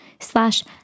Slash